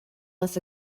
less